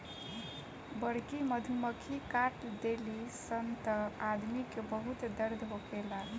बड़की मधुमक्खी काट देली सन त आदमी के बहुत दर्द होखेला